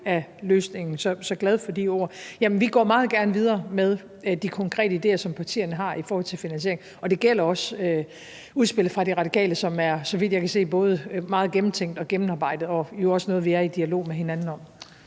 af løsningen, så jeg er glad for de ord. Vi går meget gerne videre med de konkrete idéer, som partierne har i forhold til finansiering, og det gælder også udspillet fra De Radikale, som er, så vidt jeg kan se, både meget gennemtænkt og gennemarbejdet og jo også noget, vi er i dialog med hinanden om.